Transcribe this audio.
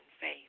faith